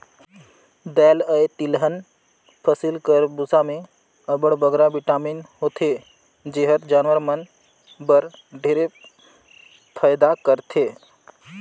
दाएल अए तिलहन फसिल कर बूसा में अब्बड़ बगरा बिटामिन होथे जेहर जानवर मन बर ढेरे फएदा करथे